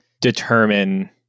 determine